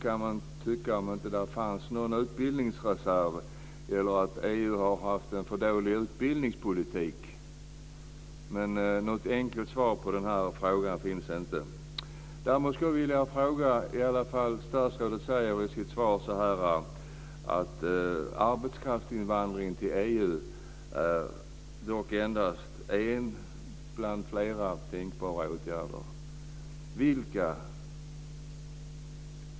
Finns det inte en utbildningsreserv, eller har EU haft en för dålig utbildningspolitik? Något enkelt svar på frågan finns inte. Statsrådet säger i sitt svar att arbetskraftsinvandring till EU är dock endast en bland flera tänkbara åtgärder.